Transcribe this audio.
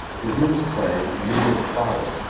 his newest play, beauty of the father,